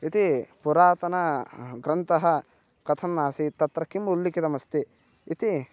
इति पुरातनग्रन्थः कथम् आसीत् तत्र किम् उल्लिखितमस्ति इति